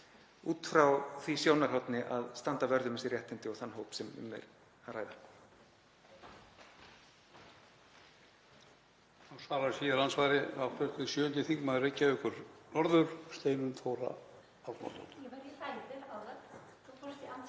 út frá því sjónarhorni að standa vörð um þessi réttindi og þann hóp sem um er að ræða.